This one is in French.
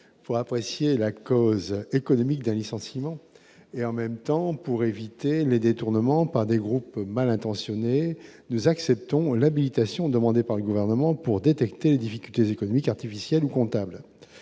pour apprécier la cause économique d'un licenciement, et en même temps pour éviter les détournements par des groupes mal intentionnés, nous acceptons l'habilitation demandée par le gouvernement pour détecter les difficultés économiques artificiel ou comptable,